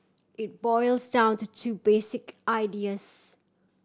it boils down to two basic ideas